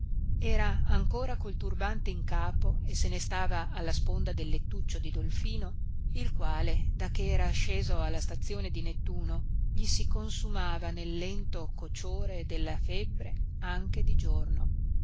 era ancora col turbante in capo e se ne stava alla sponda del lettuccio di dolfino il quale da che era sceso alla stazione di nettuno gli si consumava nel lento cociore della febbre anche di giorno